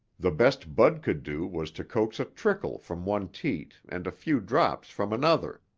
the best bud could do was to coax a trickle from one teat and a few drops from another.